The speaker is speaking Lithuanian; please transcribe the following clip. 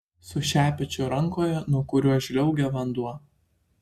su šepečiu rankoje nuo kurio žliaugia vanduo